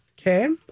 okay